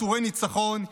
עטורי ניצחון,